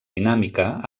dinàmica